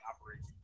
operation